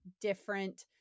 different